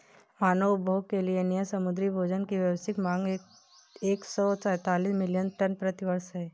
मानव उपभोग के लिए नियत समुद्री भोजन की वैश्विक मांग एक सौ तैंतालीस मिलियन टन प्रति वर्ष है